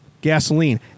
gasoline